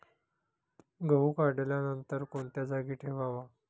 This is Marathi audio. गहू काढल्यानंतर कोणत्या जागी ठेवावा?